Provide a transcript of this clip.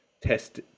test